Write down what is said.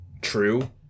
true